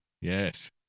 Yes